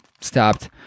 stopped